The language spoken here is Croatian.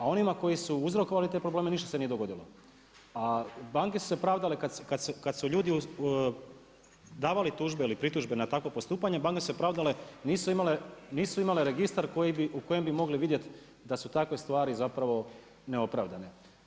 A onima koji su uzrokovali te probleme ništa se nije dogodilo, a banke su se pravdale kad su ljudi davali tužbe ili pritužbe na takva postupanja, banke su se pravdale nisu imale registar u kojem bi mogle vidjet da su takve stvari zapravo neopravdane.